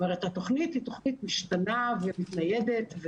התוכנית היא תוכנית משתנה ומתניידת.